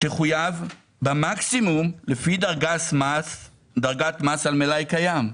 תחויב במקסימום לפי דרגת מס על מלאי קיים.